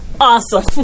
Awesome